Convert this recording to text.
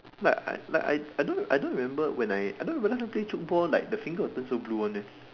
but I but I I don't I don't remember when I don't remember when I play football like the finger will turn so blue [one] eh